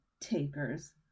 Takers